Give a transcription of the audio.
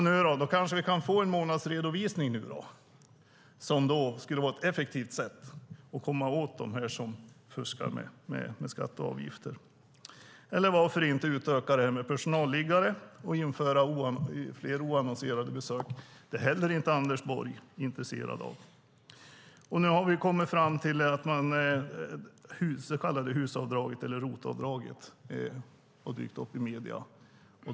Nu kanske vi kan få en månadsredovisning som skulle vara ett effektivt sätt att komma åt dem som fuskar med skatter och avgifter. Eller varför kan man inte utöka systemet med personalliggare och införa flera oannonserade besök? Det är Anders Borg inte heller intresserad av. Nu har det så kallade HUS-avdraget, eller ROT-avdraget, dykt upp i medierna.